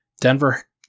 Denver